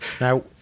Now